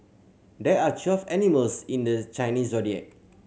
there are twelve animals in the Chinese Zodiac